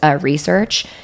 research